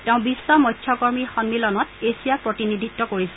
তেওঁ বিশ্ব মংস্যকৰ্মী সম্মিলনত তেওঁ এছিয়াক প্ৰতিনিধিত্ব কৰিছিল